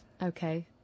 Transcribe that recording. Okay